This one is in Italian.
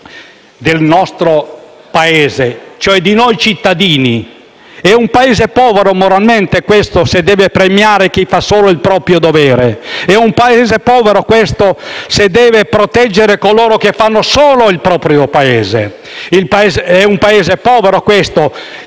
del nostro Paese, cioè di noi cittadini. È un Paese povero moralmente questo, se deve premiare chi fa solo il proprio dovere. È un Paese povero questo, se deve proteggere coloro che fanno solo il proprio dovere. È un Paese povero questo,